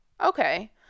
Okay